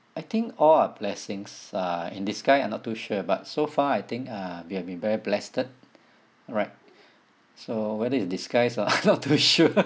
I think all our blessings are in disguise I'm not too sure but so far I think uh we have been very blessed right so whether it's disguise or I'm not too sure